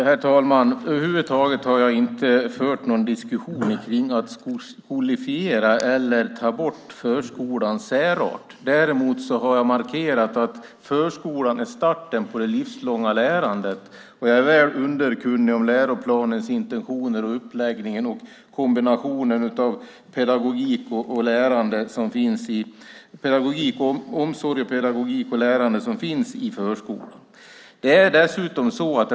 Herr talman! Över huvud taget har jag inte fört någon diskussion om att skolifiera förskolan eller ta bort dess särart. Däremot har jag markerat att förskolan är starten på det livslånga lärandet. Jag är väl underkunnig om läroplanens intentioner och uppläggning och den kombination av omsorg, pedagogik och lärande som finns i förskolan.